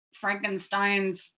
Frankenstein's